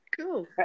Cool